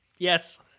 Yes